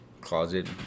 closet